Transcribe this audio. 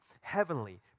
heavenly